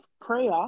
prayer